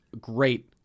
great